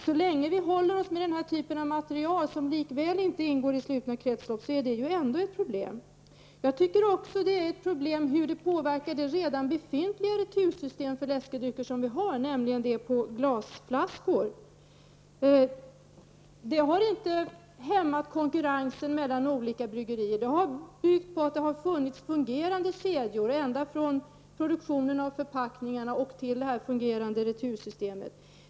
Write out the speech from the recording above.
Så länge vi håller oss med den här typen av materiel, som inte ingår i slutna kretslopp, är det ändå ett problem. Jag tycker också att det är ett problem hur detta påverkar det redan befintliga retursystemet för läskedrycksförpackningar, nämligen det på glasflaskor. Det har inte hämmat konkurrensen mellan olika bryggerier. Det har byggt på att det har funnits fungerande kedjor ända från produktionen av förpackningarna till det fungerande retursystemet.